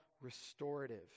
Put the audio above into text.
restorative